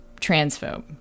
transphobe